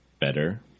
better